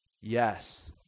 Yes